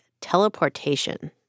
teleportation